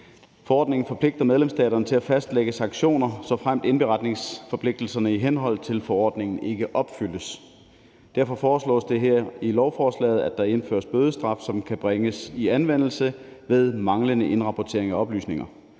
Forordningen forpligter medlemstaterne til at fastlægge sanktioner, såfremt indberetningsforpligtelserne i henhold til forordningen ikke opfyldes. Derfor foreslås det her i lovforslaget, at der indføres bødestraf, som kan bringes i anvendelse ved manglende indrapportering af oplysninger,